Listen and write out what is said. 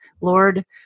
Lord